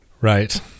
Right